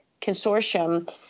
consortium